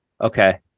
Okay